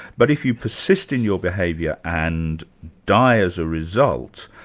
but if you persist in your behaviour and die as a result,